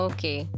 Okay